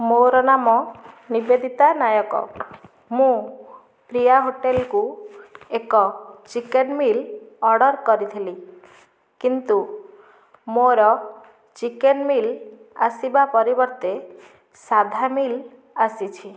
ମୋର ନାମ ନିବେଦିତା ନାୟକ ମୁଁ ପ୍ରିୟା ହୋଟେଲକୁ ଏକ ଚିକେନ ମିଲ୍ ଅର୍ଡ଼ର କରିଥିଲି କିନ୍ତୁ ମୋର ଚିକେନ ମିଲ୍ ଆସିବା ପରିବର୍ତ୍ତେ ସାଧା ମିଲ୍ ଆସିଛି